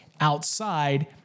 outside